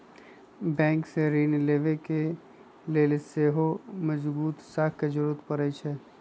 bank से ऋण लेबे के लेल सेहो मजगुत साख के जरूरी परै छइ